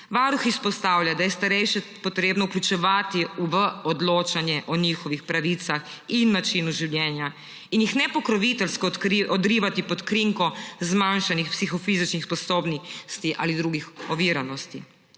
Varuh izpostavlja, da je starejše potrebno vključevati v odločanje o njihovih pravicah in načinu življenja in jih ne pokroviteljsko odrivati pod krinko zmanjšanih psihofizičnih sposobnosti ali drugih oviranosti.